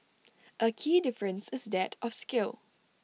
A key difference is that of scale